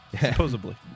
Supposedly